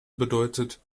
bedeutet